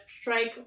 strike